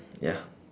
ya